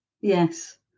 Yes